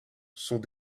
sont